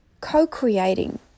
co-creating